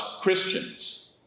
Christians